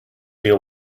deal